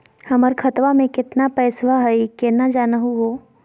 हमर खतवा मे केतना पैसवा हई, केना जानहु हो?